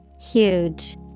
Huge